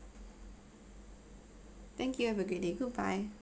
thank you have a great day goodbye